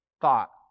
thought